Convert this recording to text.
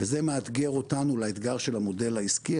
זה מאתגר אותנו לאתגר של המודל העסקי.